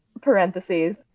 Parentheses